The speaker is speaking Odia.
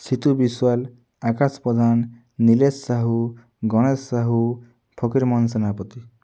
ସିତୁ ବିଶ୍ୱାଲ ଆକାଶ ପ୍ରଧାନ ନୀଲେସ ସାହୁ ଗଣେଶ ସାହୁ ଫକୀର ମୋହନ ସେନାପତି